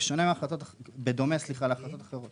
בדומה להחלטות אחרות.